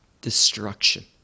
Destruction